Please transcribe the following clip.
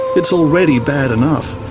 it's already bad enough.